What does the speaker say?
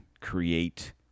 create